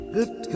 Good